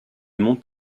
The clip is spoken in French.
mont